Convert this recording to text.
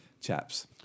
chaps